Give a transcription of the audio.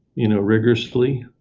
you know, rigorously,